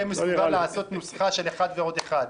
מסוגל לעשות נוסחה של אחד ועוד אחד.